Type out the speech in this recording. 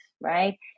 right